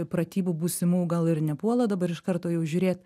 pratybų būsimų gal ir nepuola dabar iš karto jau žiūrėt